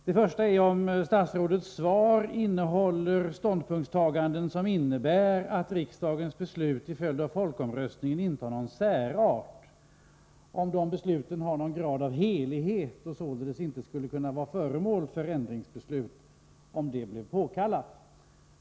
Den första gäller om statsrådets svar innehåller ståndpunktstaganden som innebär att riksdagens beslut till följd av folkomröstningen har något av särart över sig, att besluten har någon grad av helighet och således inte skulle kunna ändras, om det blev påkallat.